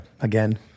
again